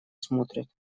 смотрят